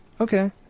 Okay